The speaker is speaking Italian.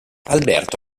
alberto